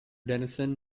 denison